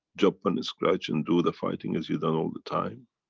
jump and scratch and do the fighting as you've done all the time.